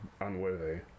unworthy